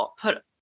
put